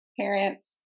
parents